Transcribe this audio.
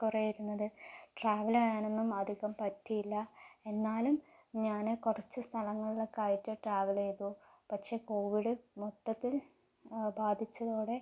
കുറേയിരുന്നത് travel ചെയ്യാനൊന്നും അധികം പറ്റിയില്ല എന്നാലും ഞാൻ കുറച്ചു സ്ഥലങ്ങളിലൊക്കായിട്ടു ട്രാവൽ ചെയ്തു പക്ഷെ കോവിഡ് മൊത്തത്തിൽ ബാധിച്ചതോടെ